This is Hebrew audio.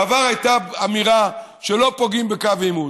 בעבר הייתה אמירה שלא פוגעים בקו עימות.